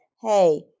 hey